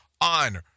on